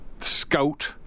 scout